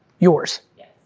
yours? yes.